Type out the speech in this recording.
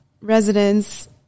residents